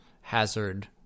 hazard